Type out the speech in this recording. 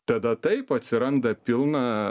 tada taip atsiranda pilna